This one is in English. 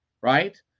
right